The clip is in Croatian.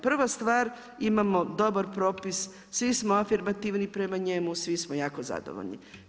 Prva stvar, imamo dobar propis, svi smo afirmativni prema njima, svi smo jako zadovoljni.